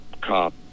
cop